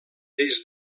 des